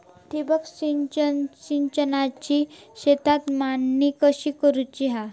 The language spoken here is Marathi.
ठिबक सिंचन संचाची शेतात मांडणी कशी करुची हा?